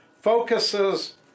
focuses